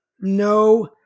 no